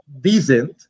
decent